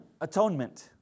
atonement